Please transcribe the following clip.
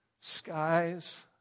skies